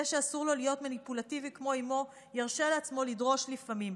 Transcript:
זה שאסור לו להיות מניפולטיבי כמו אימו ירשה לעצמו לדרוש לפעמים.